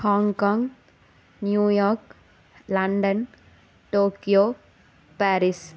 Hong Kong New York London Tokyo Paris